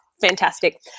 Fantastic